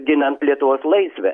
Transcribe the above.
ginant lietuvos laisvę